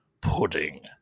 pudding